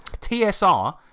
TSR